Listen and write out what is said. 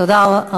תודה.